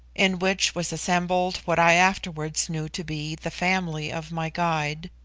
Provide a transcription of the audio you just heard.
in which was assembled what i afterwards knew to be the family of my guide,